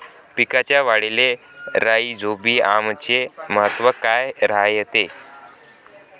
पिकाच्या वाढीले राईझोबीआमचे महत्व काय रायते?